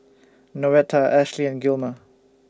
Noretta Ashli and Gilmer